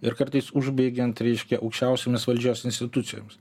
ir kartais užbaigiant reiškia aukščiausiomis valdžios institucijomis